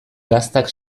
gaztak